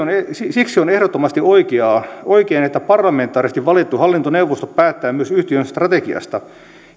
siksi on ehdottomasti oikein että parlamentaarisesti valittu hallintoneuvosto päättää myös yhtiön strategiasta